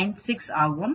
96 ஆகும்